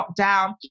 lockdown